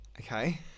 Okay